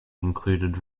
included